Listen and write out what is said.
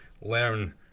learn